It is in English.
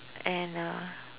and uh